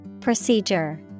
Procedure